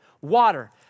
Water